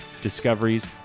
discoveries